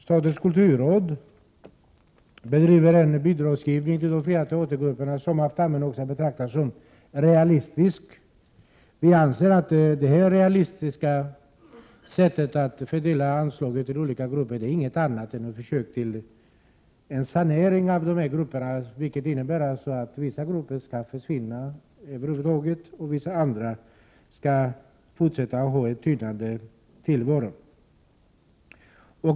Statens kulturråds bidragsgivning till de fria teatergrupperna betraktar Erkki Tammenoksa som realistisk. Vi anser att det realistiska sättet att fördela anslag till olika grupper inte är något annat än ett försök till sanering bland de fria grupperna, dvs. vissa grupper skall försvinna och vissa andra skall fortsätta att föra en tynande tillvaro.